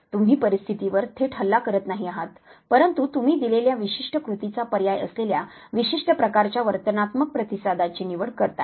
तुम्ही परिस्थितीवर थेट हल्ला करत नाही आहात परंतु तुम्ही दिलेल्या विशिष्ट कृतीचा पर्याय असलेल्या विशिष्ट प्रकारच्या वर्तनात्मक प्रतिसादाची निवड करताय